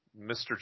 Mr